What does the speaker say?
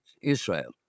Israel